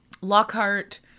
Lockhart